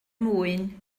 mwyn